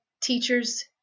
teachers